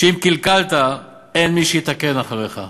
שאם קלקלת אין מי שיתקן אחריך".